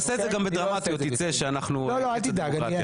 אל תדאג.